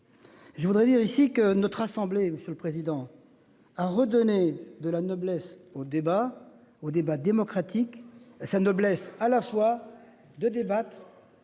Je voudrais dire ici que notre assemblée. Monsieur le Président, a redonné de la noblesse au débat au débat démocratique sa noblesse à la fois de débattre.